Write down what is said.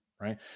right